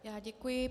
Já děkuji.